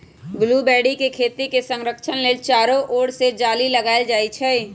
blueberry के खेती के संरक्षण लेल चारो ओर से जाली लगाएल जाइ छै